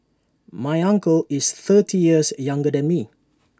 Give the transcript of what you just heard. my uncle is thirty years younger than me